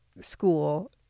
school